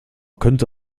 könnte